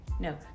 No